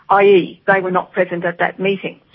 ah ie they were not present at that meeting.